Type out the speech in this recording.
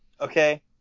okay